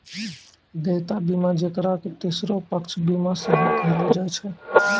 देयता बीमा जेकरा कि तेसरो पक्ष बीमा सेहो कहलो जाय छै